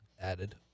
added